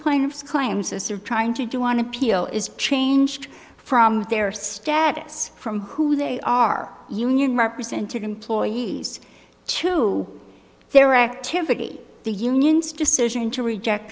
plaintiff's claims us are trying to do on appeal is changed from their status from who they are union represented employees to their activity the unions decision to reject